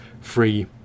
free